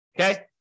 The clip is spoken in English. Okay